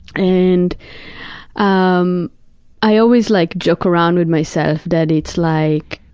and um i always like joke around with myself that it's like,